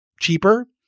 cheaper